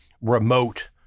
remote